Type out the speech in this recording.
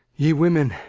ye women,